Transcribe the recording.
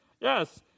yes